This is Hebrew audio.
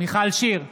מיכל שיר סגמן,